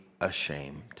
ashamed